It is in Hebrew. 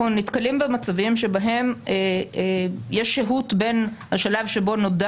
אנחנו נתקלים במצבים שבהם יש שהות בין השלב שבו נודע